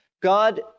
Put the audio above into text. God